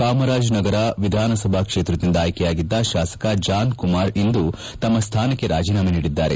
ಕಾಮರಾಜ್ ನಗರ ವಿಧಾನಸಭಾ ಕ್ಷೇತ್ರದಿಂದ ಆಯ್ಕೆಯಾಗಿದ್ದ ಶಾಸಕ ಜಾನ್ ಕುಮಾರ್ ಇಂದು ತಮ್ಮ ಸ್ಥಾನಕ್ಷೆ ರಾಜೀನಾಮೆ ನೀಡಿದ್ದಾರೆ